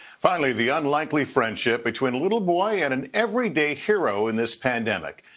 finally, the unlikely friendship between a little boy and an every day hero in this pandemic.